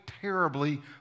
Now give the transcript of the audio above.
terribly